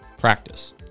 practice